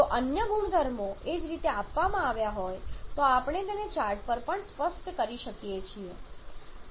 જો અન્ય કોઈ ગુણધર્મો એ જ રીતે આપવામાં આવી હોય તો આપણે તેને ચાર્ટ પર પણ સ્પષ્ટ કરી શકીએ છીએ